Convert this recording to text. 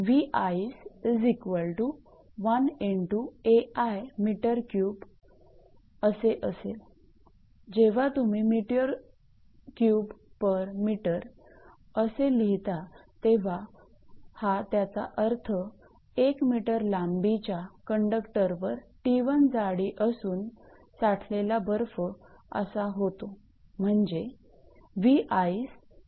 𝑉𝑖𝑐𝑒 1 × 𝐴𝑖 𝑚3असे असेल जेव्हा तुम्ही मीटर क्यूब पर मीटर असे लिहिता तेव्हा हा त्याचा अर्थ एक मीटर लांबीच्या कंडक्टरवर 𝑡1 जाडी असूनसाठलेला बर्फ असा होतो